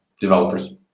developers